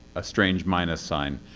a strange minus sign.